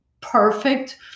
perfect